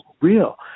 real